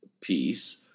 piece